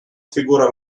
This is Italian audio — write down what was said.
figura